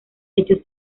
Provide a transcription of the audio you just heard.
hechos